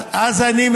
אם לא, אז אני אלך.